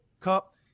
cup